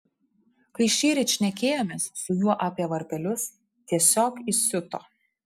kai šįryt šnekėjomės su juo apie varpelius tiesiog įsiuto